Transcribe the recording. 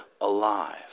alive